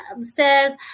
says